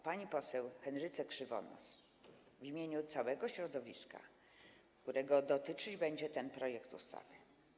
Pani poseł Henryce Krzywonos w imieniu całego środowiska, którego dotyczyć będzie ten projekt ustawy.